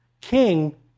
king